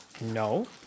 No